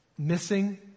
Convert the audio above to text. Missing